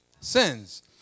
Sins